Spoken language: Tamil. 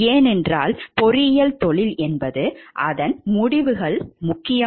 ஏனென்றால் பொறியியல் தொழில் என்பது அதன் முடிவுகள் முக்கியம்